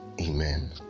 amen